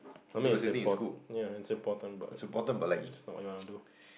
I mean it's import~ ya it's important but it's not what you want to do